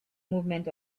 movement